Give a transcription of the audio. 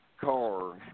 car